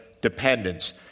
dependence